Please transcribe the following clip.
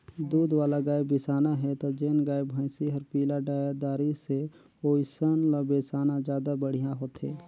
दूद वाला गाय बिसाना हे त जेन गाय, भइसी हर पिला डायर दारी से ओइसन ल बेसाना जादा बड़िहा होथे